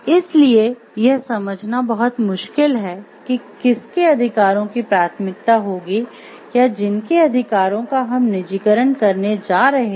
इसलिए यह समझना बहुत मुश्किल है कि किसके अधिकारों की प्राथमिकता होगी या जिनके अधिकारों का हम निजीकरण करने जा रहे हैं